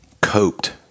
coped